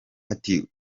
ati